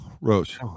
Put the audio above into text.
Rose